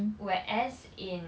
whereas in